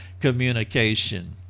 communication